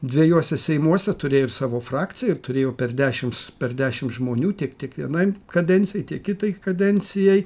dviejuose seimuose turėjo ir savo frakciją ir turėjo per dešims per dešim žmonių tik tik vienai kadencijai kitai kadencijai